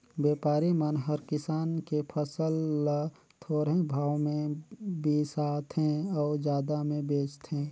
बेपारी मन हर किसान के फसल ल थोरहें भाव मे बिसाथें अउ जादा मे बेचथें